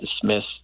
dismissed